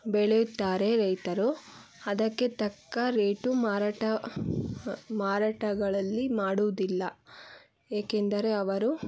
ಬೆಳೆಯುತ್ತಾರೆ ರೈತರು ಅದಕ್ಕೆ ತಕ್ಕ ರೇಟು ಮಾರಾಟ ಮಾರಾಟಗಳಲ್ಲಿ ಮಾಡೋದಿಲ್ಲ ಏಕೆಂದರೆ ಅವರು